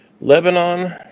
Lebanon